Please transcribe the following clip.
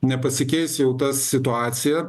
nepasikeis jau ta situacija